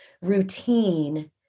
routine